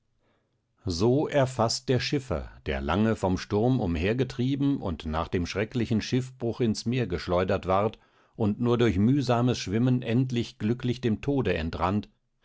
so erfaßt der schiffer der lange vom sturm umhergetrieben und nach dem schrecklichen schiffbruch ins meer geschleudert ward und nur durch mühsames schwimmen endlich glücklich dem tode